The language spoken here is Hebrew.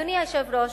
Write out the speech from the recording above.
אדוני היושב-ראש,